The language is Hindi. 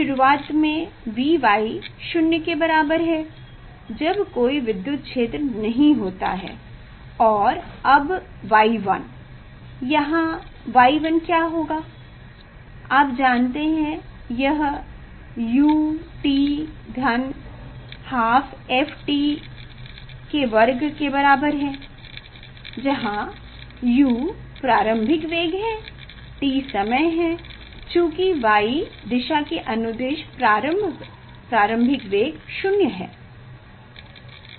शुरूआत में Vy 0 के बराबर है जब कोई विद्युत क्षेत्र नहीं होता है और अब y1 यहाँ y1 क्या होगा आप जानते हैं कि यह u t 12 f t2 है u प्रारंभिक वेग है t समय है चूंकि y दिशा के अनुदिश प्रारंभिक वेग 0 है